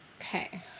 okay